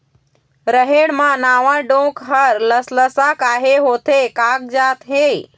रहेड़ म नावा डोंक हर लसलसा काहे होथे कागजात हे?